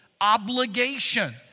obligation